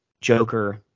joker